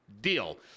Deal